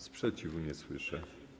Sprzeciwu nie słyszę.